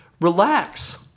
relax